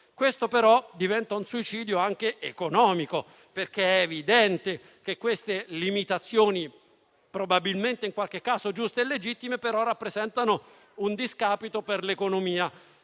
Questo, però, diventa un suicidio anche economico perché è evidente che queste limitazioni, probabilmente in qualche caso giuste e legittime, rappresentano un discapito per l'economia.